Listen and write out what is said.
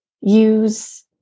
use